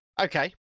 Okay